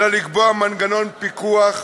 אלא לקבוע מנגנון פיקוח,